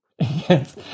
Yes